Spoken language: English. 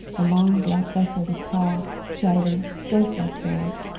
a long black vessel with tall, shadowy, ghostlike sails,